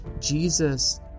jesus